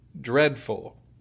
dreadful